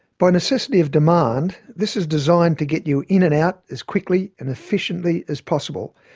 by necessity of demand, this is designed to get you in and out as quickly and efficiently as possible,